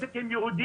המהנדסת הם יהודים.